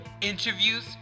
interviews